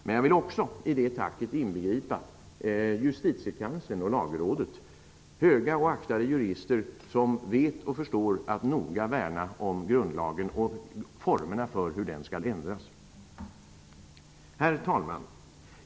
Men jag vill i det tacket också inbegripa justitiekanslern och Lagrådet, höga och aktade jurister som vet och förstår att noga värna om grundlagen och formerna för hur den skall ändras. Herr talman!